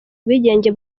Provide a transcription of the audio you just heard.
ubwigenge